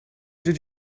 did